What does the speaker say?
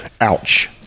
Ouch